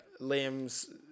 Liam's